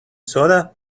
soda